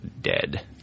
dead